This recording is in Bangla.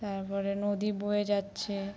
তারপরে নদী বয়ে যাচ্ছে